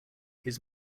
his